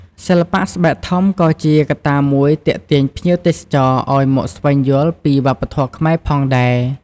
សិល្បៈស្បែកធំក៏ជាកត្តាមួយទាក់ទាញភ្ញៀវទេសចរឲ្យមកស្វែងយល់ពីវប្បធម៌ខ្មែរផងដែរ។